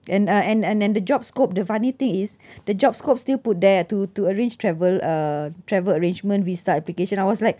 and uh and and and the job scope the funny thing is the job scope still put there to to arrange travel uh travel arrangement visa application I was like